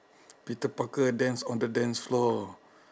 peter parker dance on the dance floor